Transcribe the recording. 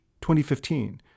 2015